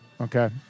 Okay